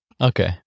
Okay